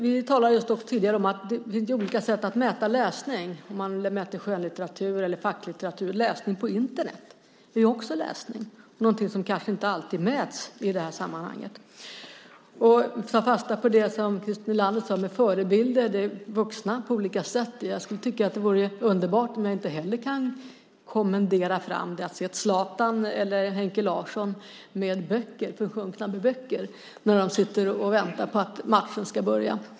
Vi talade tidigare om att det finns olika sätt att mäta läsning, läsning av skönlitteratur eller facklitteratur. Läsning på Internet är också läsning, men det är något som kanske inte alltid mäts i det här sammanhanget. För att ta fasta på det som Christer Nylander sade om vuxna förebilder tycker jag att det skulle vara underbart - något som jag inte heller kan kommendera fram - att se Zlatan eller Henke Larsson försjunkna i böcker när de sitter och väntar på att matchen ska börja.